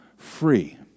free